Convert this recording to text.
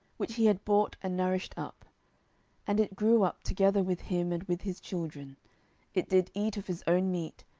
which he had bought and nourished up and it grew up together with him, and with his children it did eat of his own meat,